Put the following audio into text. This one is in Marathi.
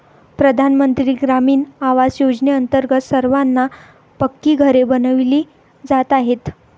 प्रधानमंत्री ग्रामीण आवास योजनेअंतर्गत सर्वांना पक्की घरे बनविली जात आहेत